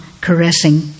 caressing